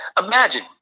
imagine